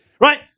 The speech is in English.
right